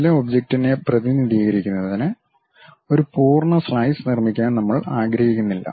ചില ഒബ്ജക്റ്റിനെ പ്രതിനിധീകരിക്കുന്നതിന് ഒരു പൂർണ്ണ സ്ലൈസ് നിർമ്മിക്കാൻ നമ്മൾ ആഗ്രഹിക്കുന്നില്ല